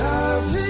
Love